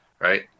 Right